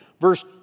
Verse